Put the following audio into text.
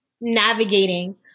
navigating